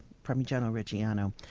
parmigiano-reggiano.